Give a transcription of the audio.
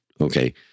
Okay